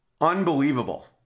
unbelievable